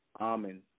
Amen